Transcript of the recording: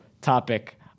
topic